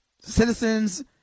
citizens